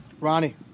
Ronnie